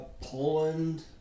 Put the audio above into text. Poland